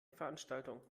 veranstaltung